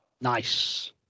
Nice